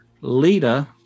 Lita